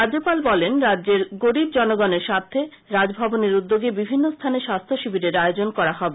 রাজ্যপাল বলেন রাজ্যের গরিব জনগনের স্বার্থে রাজভবনের উদ্যোগে বিভিন্ন স্থানে স্বাস্থ্য শিবিরের আয়োজন করা হবে